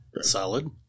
Solid